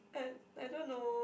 I I don't know